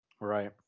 Right